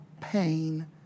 pain